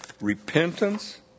repentance